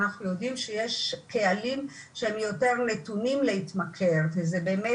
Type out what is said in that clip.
אנחנו יודעים שיש קהלים שהם יותר נתונים להתמכר ואלו באמת,